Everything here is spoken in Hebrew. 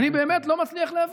אני באמת לא מצליח להבין.